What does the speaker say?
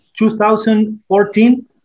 2014